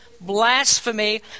blasphemy